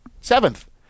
seventh